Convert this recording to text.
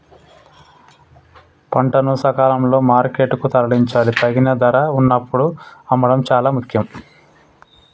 పంటను సకాలంలో మార్కెట్ కు తరలించాలి, తగిన ధర వున్నప్పుడు అమ్మడం చాలా ముఖ్యం